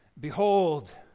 behold